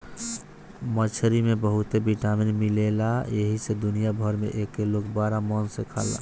मछरी में बहुते विटामिन मिलेला एही से दुनिया भर में एके लोग बड़ा मन से खाला